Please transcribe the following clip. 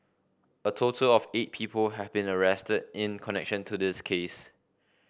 a total of eight people have been arrested in connection to this case